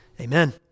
Amen